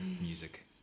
music